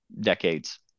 decades